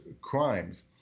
crimes